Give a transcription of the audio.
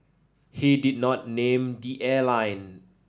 he did not name the airline